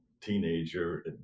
teenager